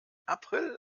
april